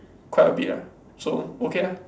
quite a bit ah so okay ah